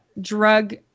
drug